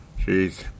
Jeez